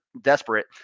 desperate